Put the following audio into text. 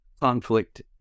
conflict